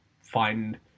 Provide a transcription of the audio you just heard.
find